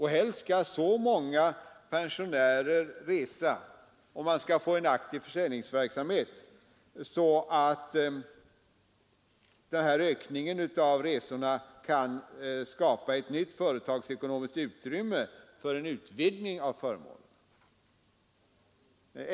Helst skall så många pensionärer resa, genom en aktiv försäljningsverksamhet, att ökningen av resorna kan skapa ett nytt företagsekonomiskt utrymme för en utvidgning av förmånerna.